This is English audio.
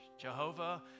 Jehovah